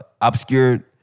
obscured